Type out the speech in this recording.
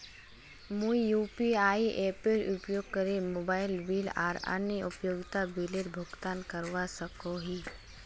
मुई यू.पी.आई एपेर उपयोग करे मोबाइल बिल आर अन्य उपयोगिता बिलेर भुगतान करवा सको ही